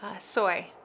soy